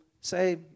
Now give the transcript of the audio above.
say